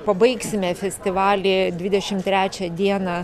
pabaigsime festivalį dvidešim trečią dieną